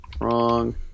Wrong